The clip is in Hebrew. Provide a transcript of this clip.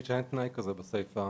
אין תנאי כזה בסעיף.